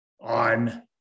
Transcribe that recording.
On